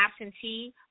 absentee